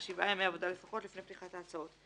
שבעה ימי עבודה לפחות לפני פתיחת ההצעות,